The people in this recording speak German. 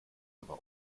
aber